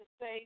say